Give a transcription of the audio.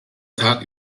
tag